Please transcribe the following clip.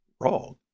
wrong